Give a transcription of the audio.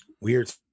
Weird